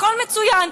הכול מצוין.